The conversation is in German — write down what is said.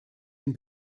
den